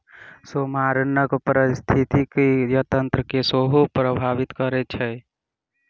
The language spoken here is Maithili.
सेमारनाशक पारिस्थितिकी तंत्र के सेहो प्रभावित करैत अछि